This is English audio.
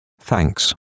thanks